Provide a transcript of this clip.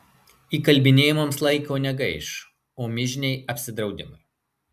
įkalbinėjimams laiko negaiš o mižniai apsidraudimui